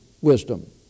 Wisdom